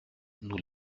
nous